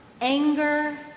anger